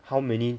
how many